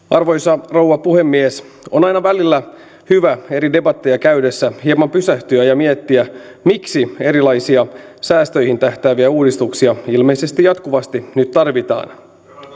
arvoisa rouva puhemies on aina välillä hyvä eri debatteja käydessä hieman pysähtyä ja miettiä miksi erilaisia säästöihin tähtääviä uudistuksia ilmeisesti jatkuvasti nyt tarvitaan